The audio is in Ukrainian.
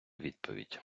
відповідь